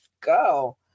go